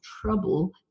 trouble